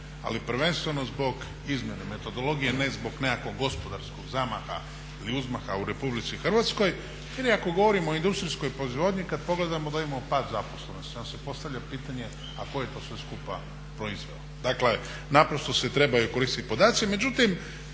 ali prvenstveno zbog izmjene metodologije ne zbog nekakvog gospodarskog zamaha ili uzmaha u RH jer kada govorimo o industrijskoj proizvodnji kada pogledamo da imamo pad zaposlenih. Onda se postavlja pitanje, a tko je to sve skupa proizveo? Dakle trebaju se koristiti podaci. Međutim